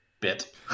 bit